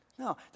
No